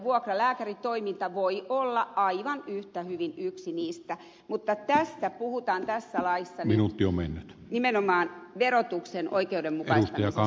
vuokralääkäritoiminta voi olla aivan yhtä hyvin yksi niistä keinoista mutta tässä laissa puhutaan nyt nimenomaan verotuksen oikeudenmukaistamisesta